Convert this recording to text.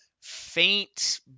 Faint